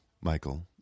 michael